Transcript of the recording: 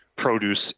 produce